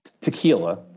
tequila